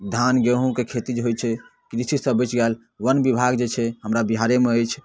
धान गेहूॅंके खेती जे होइ छै कृषि सब बचि गेल वन बिभाग जे छै हमरा बिहारेमे अछि